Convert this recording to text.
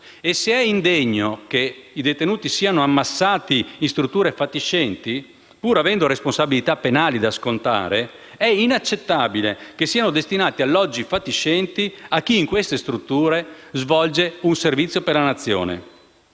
E se è indegno che i detenuti siano ammassati in strutture fatiscenti, pur avendo responsabilità penali da scontare, è inaccettabile che siano destinati alloggi fatiscenti a chi in queste strutture svolge un servizio per la Nazione.